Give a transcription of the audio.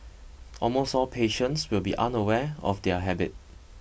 almost all patients will be unaware of their habit